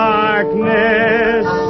darkness